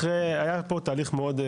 היה פה תהליך מאוד,